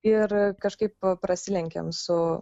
ir kažkaip prasilenkėm su